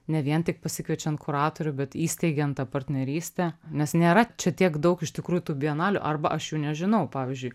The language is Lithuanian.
ne vien tik pasikviečiant kuratorių bet įsteigiant tą partnerystę nes nėra čia tiek daug iš tikrųjų tų bienalių arba aš jų nežinau pavyzdžiui